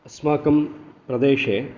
अस्माकं प्रदेशे